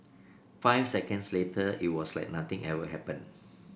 five seconds later it was like nothing ever happened